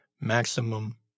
maximum